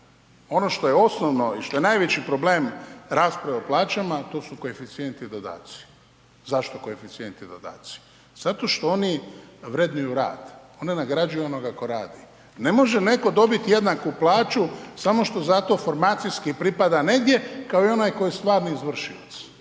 Ono što je osnovno i što je najveći problem rasprave o plaćama to su koeficijenti i dodaci. Zašto koeficijenti i dodaci? Zato što oni vrednuju rad, oni nagrađuju onoga tko radi. Ne može netko dobiti jednaku plaću samo što zato formacijski pripada negdje kao i onaj tko je stvarni izvršilac.